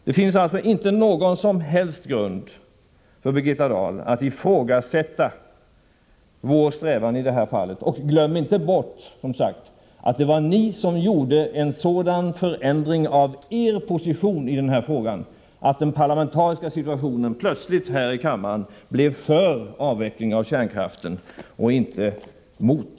Det finns alltså inte någon som helst grund för Birgitta Dahl att ifrågsätta vår strävan i det här fallet. Glöm som sagt inte bort att det var ni som så förändrade er position i den här frågan att den parlamentariska majoriteten här i kammaren plötsligt blev för avveckling av kärnkraften och inte emot!